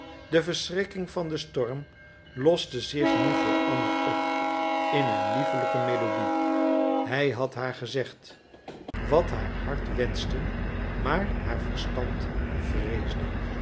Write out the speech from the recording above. de verschrikking van den storm loste zich nu voor anna op in een liefelijke melodie hij had haar gezegd wat haar hart wenschte maar haar verstand vreesde